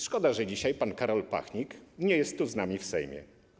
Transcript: Szkoda, że dzisiaj pan Karol Pachnik nie jest z nami tu, w Sejmie.